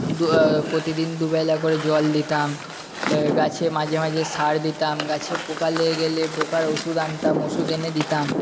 প্রতিদিন দুবেলা করে জল দিতাম গাছে মাঝে মাঝে সার দিতাম গাছে পোকা লেগে গেলে পোকার ওষুধ আনতাম ওষুধ এনে দিতাম